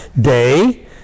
day